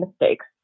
mistakes